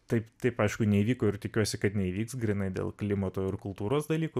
taip taip aišku neįvyko ir tikiuosi kad neįvyks grynai dėl klimato ir kultūros dalykų